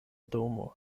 domo